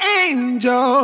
angel